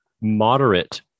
moderate